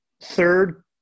third